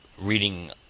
reading